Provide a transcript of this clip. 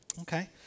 Okay